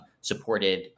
supported